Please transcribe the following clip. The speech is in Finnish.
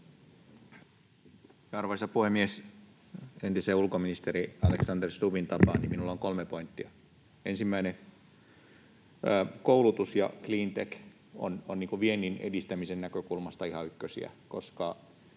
Arvoisa puhemies! Entisen ulkoministerin Alexander Stubbin tapaan minulla on kolme pointtia: Ensimmäinen. Koulutus ja cleantech ovat viennin edistämisen näkökulmasta ihan ykkösiä, koska